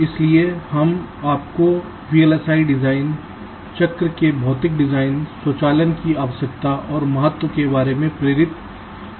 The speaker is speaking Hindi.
इसलिए हम आपको वीएलएसआई डिजाइन चक्र में भौतिक डिजाइन स्वचालन की आवश्यकता और महत्व के बारे में प्रेरित करने का प्रयास करेंगे